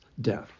death